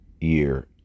year